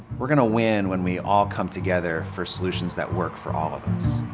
we're going to win when we all come together for solutions that work for all of